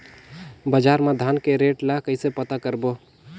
बजार मा धान के रेट ला कइसे पता करबो?